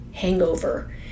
Hangover